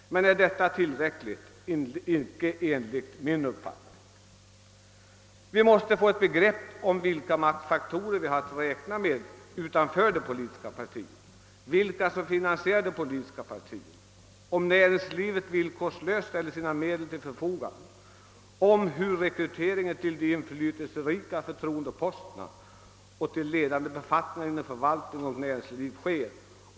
Men är detta tillräckligt? Icke enligt min uppfattning. Vi måste få ett begrepp om vilka maktfaktorer vi har att räkna med utanför de politiska partierna, om vilka som finansierar de politiska partierna, om huruvida näringslivet villkorslöst ställer sina medel till förfogande, om hur rekryteringen till de inflytelserika förtroendeposterna och till ledande befattningar inom förvaltning och näringsliv sker.